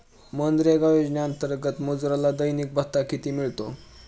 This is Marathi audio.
मनरेगा योजनेअंतर्गत मजुराला दैनिक भत्ता किती मिळतो?